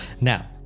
now